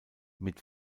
mit